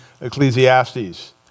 Ecclesiastes